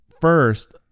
first